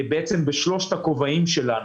בשלושת הכובעים שלנו.